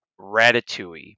ratatouille